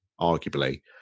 arguably